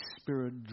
Spirit